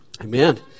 Amen